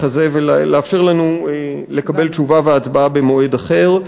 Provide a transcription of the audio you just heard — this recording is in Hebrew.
הזה ולאפשר לנו לקבל תשובה ולהצביע במועד אחר.